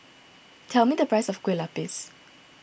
tell me the price of Kue Lupis